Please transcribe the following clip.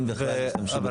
אם בכלל --- נכון,